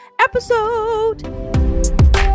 episode